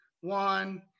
One